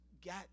get